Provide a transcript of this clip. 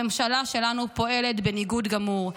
הממשלה שלנו פועלת בניגוד גמור.